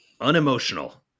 unemotional